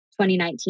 2019